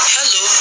Hello